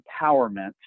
empowerment